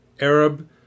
Arab